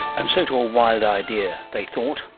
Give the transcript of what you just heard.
and so to a wild idea, they thought,